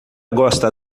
gosta